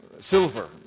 silver